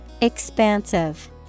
Expansive